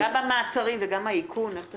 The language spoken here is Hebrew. גם המעצרים וגם האיכון, איך תעשה?